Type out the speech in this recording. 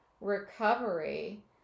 recovery